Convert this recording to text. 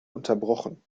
unterbrochen